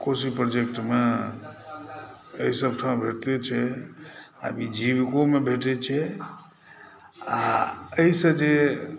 कोशी प्रोजेक्टमे एहि सभठाम भेटते छै आब ई जीविकोमे भेटैत छै आ एहिसँ जे